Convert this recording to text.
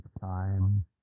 time